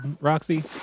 Roxy